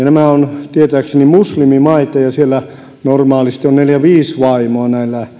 nämä ovat tietääkseni muslimimaita ja siellä normaalisti on neljä viisi vaimoa